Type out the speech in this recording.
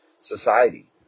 society